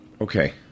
Okay